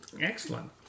Excellent